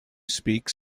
speak